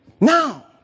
Now